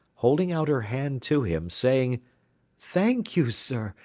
holding out her hand to him, saying thank you, sir,